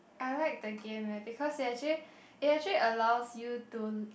I write the game right because it actually it actually allows you to